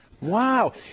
Wow